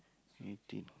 eighteen